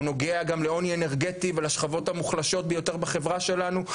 הוא נוגע גם לעוני אנרגטי ולשכבות המוחלשות ביות בחברה שלנו.